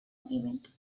event